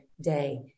day